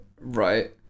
right